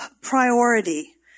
priority